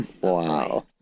Wow